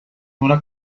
una